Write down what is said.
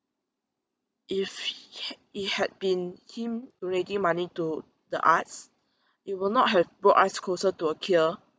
if he had been him donating money to the arts it will not have brought us closer to a cure